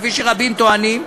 כפי שרבים טוענים?